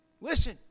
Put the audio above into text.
listen